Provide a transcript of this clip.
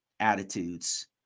attitudes